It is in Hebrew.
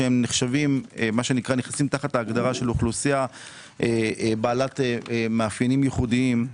שנכנסים תחת ההגדרה של אוכלוסייה בעלת מאפיינים ייחודיים,